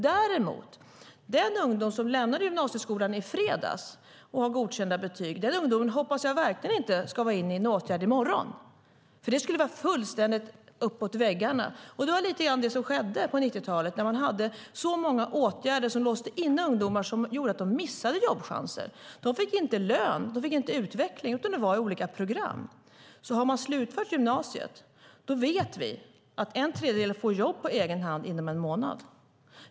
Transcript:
Däremot hoppas jag att den ungdom som lämnade gymnasieskolan i fredags och har godkända betyg inte ska in i en åtgärd i morgon. Det skulle vara fullständigt uppåt väggarna. Det var lite grann det som skedde på 90-talet när man hade så många åtgärder som låste in ungdomar och som gjorde att de missade jobbchanser. De fick inte lön, och de fick inte utveckling, utan de var i olika program. Vi vet att en tredjedel av dem som har slutfört gymnasiet får jobb på egen hand inom en månad.